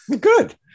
good